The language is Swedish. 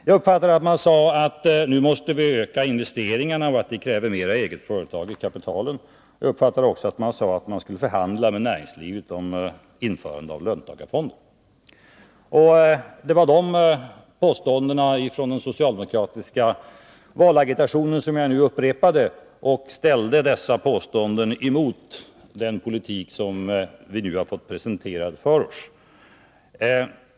Jag uppfattade att man sade att vi nu måste öka investeringarna, vilket krävde mera av eget kapital i företagen. Jag uppfattade också att man sade att man skulle förhandla med näringslivet om införande av löntagarfonder. Det var dessa påståenden från den socialdemokratiska valagitationen som jag nyss upprepade och ställde mot den politik som vi nu har fått presenterad för oss.